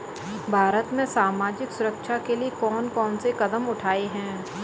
भारत में सामाजिक सुरक्षा के लिए कौन कौन से कदम उठाये हैं?